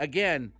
Again